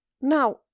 Now